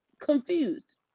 Confused